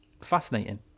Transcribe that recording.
fascinating